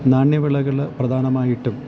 നാണ്യവിളകൾ പ്രധാനമായിട്ടും